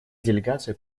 делегация